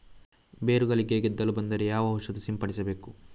ಬೇರುಗಳಿಗೆ ಗೆದ್ದಲು ಬಂದರೆ ಯಾವ ಔಷಧ ಸಿಂಪಡಿಸಬೇಕು?